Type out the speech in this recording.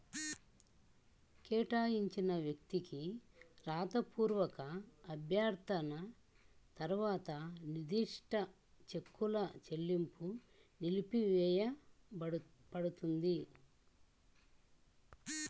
కేటాయించిన వ్యక్తికి రాతపూర్వక అభ్యర్థన తర్వాత నిర్దిష్ట చెక్కుల చెల్లింపు నిలిపివేయపడుతుంది